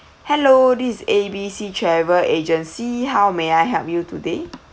hello this is A B C travel agency how may I help you today